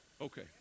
Okay